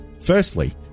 Firstly